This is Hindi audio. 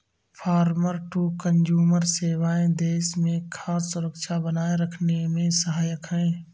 फॉर्मर टू कंजूमर सेवाएं देश में खाद्य सुरक्षा बनाए रखने में सहायक है